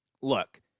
Look